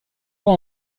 pas